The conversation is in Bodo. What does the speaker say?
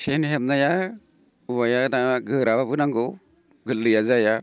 सेन हेबनाया औवाया दा गोरा नांगौ गोरलैया जाया